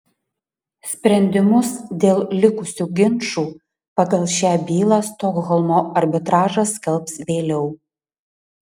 sprendimus dėl likusių ginčų pagal šią bylą stokholmo arbitražas skelbs vėliau